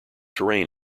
terrain